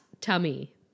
tummy